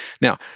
now